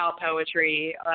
poetry